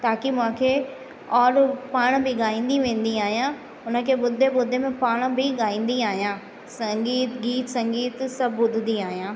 ताकि मांखे और पाण बि ॻाईंदी वेंदी आहियां हुनखे ॿुधंदे ॿुधंदे पाण बि ॻाईंदी आहियां संगीत गीत संगीत सभु ॿुधंदी आहियां